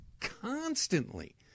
constantly